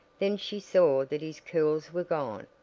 then she saw that his curls were gone.